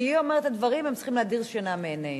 כשהיא אומרת את הדברים הם צריכים להדיר שינה מעינינו.